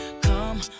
Come